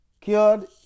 cured